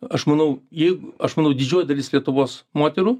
aš manau jeig aš manau didžioji dalis lietuvos moterų